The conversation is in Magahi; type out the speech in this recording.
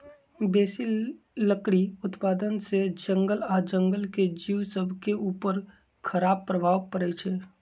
बेशी लकड़ी उत्पादन से जङगल आऽ जङ्गल के जिउ सभके उपर खड़ाप प्रभाव पड़इ छै